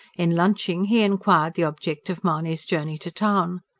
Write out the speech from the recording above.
in lunching, he inquired the object of mahony's journey to town.